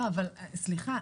סליחה,